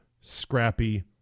scrappy